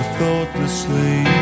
thoughtlessly